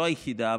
לא היחידה,